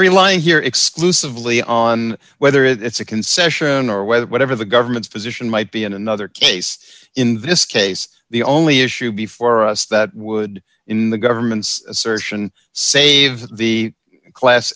relying here exclusively on whether it's a concession or whether whatever the government's position might be in another case in this case the only issue before us that would in the government's assertion save the class